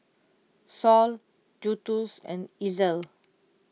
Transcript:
Saul Justus and Ezell